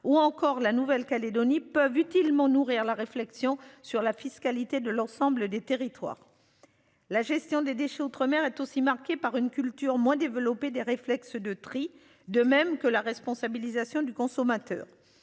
ou encore la Nouvelle-Calédonie peuvent utilement nourrir la réflexion sur la fiscalité de l'ensemble des territoires. La gestion des déchets outre-mer est aussi marquée par une culture moins développé des réflexes de tri, de même que la responsabilisation du consommateur.